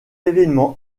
événement